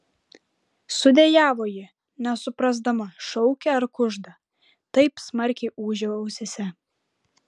sudejavo ji nesuprasdama šaukia ar kužda taip smarkiai ūžė ausyse